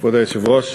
כבוד היושב-ראש,